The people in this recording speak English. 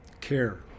care